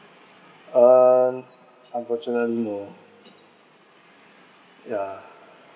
uh unfortunately no yeah